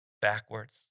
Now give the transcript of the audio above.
backwards